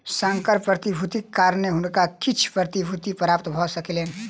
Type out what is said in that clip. संकर प्रतिभूतिक कारणेँ हुनका किछ प्रतिभूति प्राप्त भ सकलैन